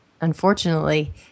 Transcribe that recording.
unfortunately